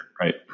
right